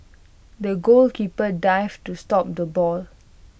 the goalkeeper dived to stop the ball